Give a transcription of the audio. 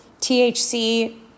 THC